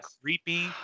creepy